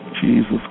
Jesus